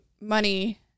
money